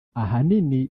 ahanini